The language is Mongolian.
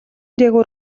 дээгүүр